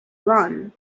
run